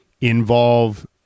involve